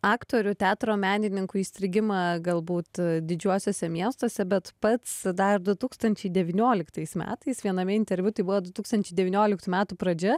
aktorių teatro menininkų įstrigimą galbūt didžiuosiuose miestuose bet pats dar du tūkstančiai devynioliktais metais viename interviu tai buvo du tūkstančiai devynioliktų metų pradžia